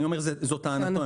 אני אומר שזאת טענתו.